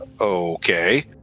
Okay